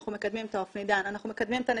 אנחנו מקדמים את האופנידן,